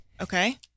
Okay